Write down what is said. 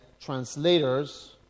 translators